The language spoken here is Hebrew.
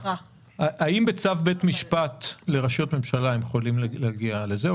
האם בצו בית משפט לרשויות הממשלה הם יכולים להגיע לזה,